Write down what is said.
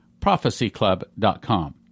prophecyclub.com